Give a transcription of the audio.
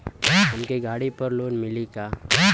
हमके गाड़ी पर लोन मिली का?